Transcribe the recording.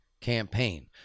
campaign